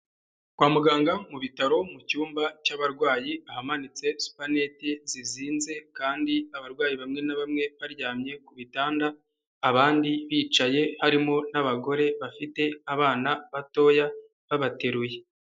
Kwa muganga mu bitaro mu cyumba cy'abarwayi hamanitse supaneti zizinze kandi abarwayi bamwe na bamwe baryamye ku bitanda, abandi bicaye harimo n'abagore bafite abana batoya babateruye.